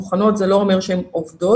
מוכנות זה לא אומר שהן עובדות,